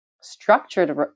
structured